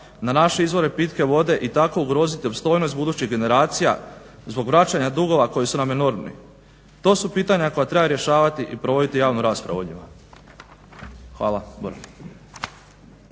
na naše izvore pitke vode i tako ugroziti opstojnost budućih generacija zbog vraćanja dugova koji su nam enormni? To su pitanja koja treba rješavati i provoditi javnu raspravu o njima. Hvala.